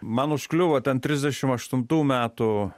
man užkliuvo ten trisdešim aštuntų metų